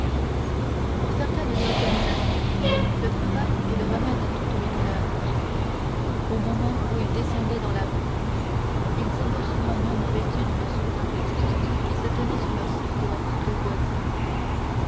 pour certaines organisations le travail est le remède à toutes les douleurs au moment où ils descendaient dans la rue ils aperçurent un homme vêtu d'une soutane qui se tenait sur le seuil de la porte voisine